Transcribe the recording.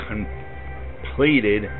completed